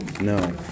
No